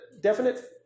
definite